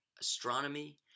astronomy